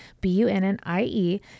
B-U-N-N-I-E